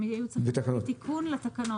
הם היו צריכים להביא תיקון לתקנות.